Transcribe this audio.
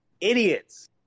Idiots